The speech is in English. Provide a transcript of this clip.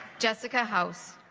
jessica house